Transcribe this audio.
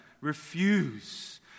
refuse